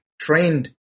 trained